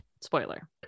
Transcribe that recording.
spoiler